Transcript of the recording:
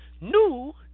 New